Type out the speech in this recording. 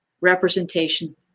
representation